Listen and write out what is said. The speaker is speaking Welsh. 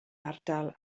ardal